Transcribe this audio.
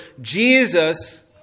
Jesus